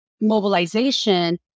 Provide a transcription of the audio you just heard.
mobilization